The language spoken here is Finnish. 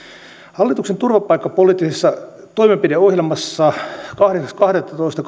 hallituksen turvapaikkapoliittisessa toimenpideohjelmassa kahdeksas kahdettatoista